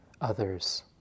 others